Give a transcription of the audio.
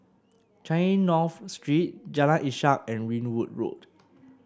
Changi North Street Jalan Ishak and Ringwood Road